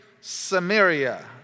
Samaria